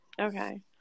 okay